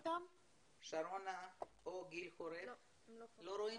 לא רואים